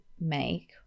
make